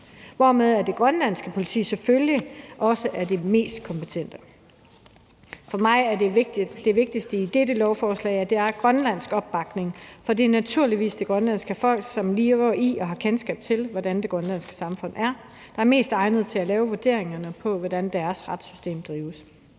og der er det grønlandske politi selvfølgelig også det mest kompetente. For mig er det vigtigste i dette lovforslag, at det har grønlandsk opbakning, for det er naturligvis det grønlandske folk, som lever i det grønlandske samfund og har kendskab til, hvordan det grønlandske samfund er, der er mest egnet til at lave vurderingerne af, hvordan deres retssystem drives.